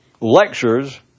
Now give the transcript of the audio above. lectures